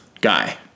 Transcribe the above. Guy